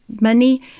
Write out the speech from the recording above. money